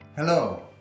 Hello